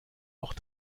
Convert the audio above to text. noch